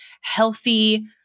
healthy